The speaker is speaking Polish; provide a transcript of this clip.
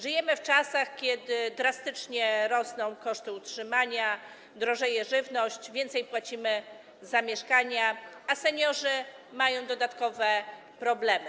Żyjemy w czasach, kiedy drastycznie rosną koszty utrzymania, drożeje żywność, więcej płacimy za mieszkania, a seniorzy mają dodatkowe problemy.